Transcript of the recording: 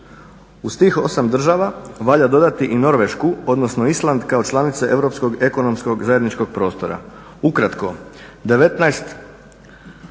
Uz tih 8 država valja dodati i Norvešku, odnosno Island kao članice Europskog ekonomskog zajedničkog prostora. Ukratko, 19